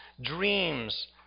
dreams